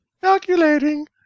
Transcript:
Calculating